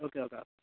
okay okay